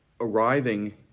arriving